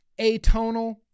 atonal